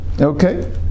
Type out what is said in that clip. Okay